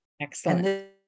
Excellent